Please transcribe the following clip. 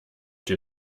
den